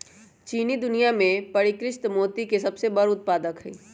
चीन दुनिया में परिष्कृत मोती के सबसे बड़ उत्पादक हई